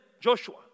Joshua